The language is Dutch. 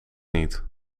niet